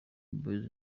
boys